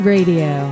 Radio